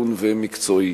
הגון ומקצועי.